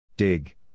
Dig